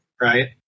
right